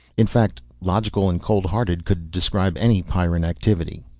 in fact, logical and cold-hearted could describe any pyrran activity.